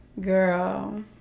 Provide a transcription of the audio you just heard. Girl